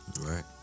Right